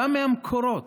בא מהמקורות,